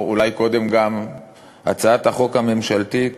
או אולי קודם גם הצעת החוק הממשלתית,